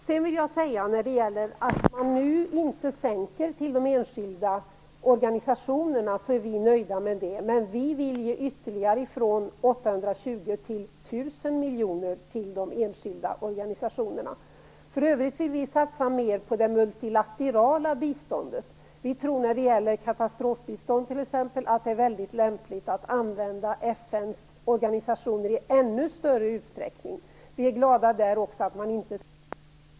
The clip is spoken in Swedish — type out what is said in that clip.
Herr talman! Vi är nöjda med att man inte sänker anslagen till de enskilda organisationerna, men vi vill höja från 820 till 1 000 miljoner till de enskilda organisationerna. För övrigt vill vi satsa mer på det multilaterala biståndet. Vi tror t.ex. när det gäller katastrofbistånd att det är väldigt lämpligt att använda FN:s organisationer i ännu större utsträckning.